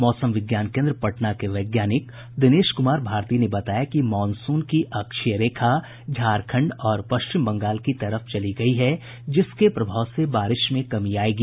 मौसम विज्ञान केन्द्र पटना के वैज्ञानिक दिनेश कुमार भारती ने बताया कि मॉनसून की अक्षीय रेखा झारंखड और पश्चिम बंगाल की तरफ चली गयी है जिसके प्रभाव से बारिश में कमी आयेगी